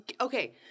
okay